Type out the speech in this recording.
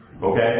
Okay